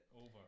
Over